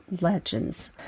Legends